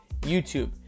YouTube